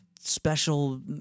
special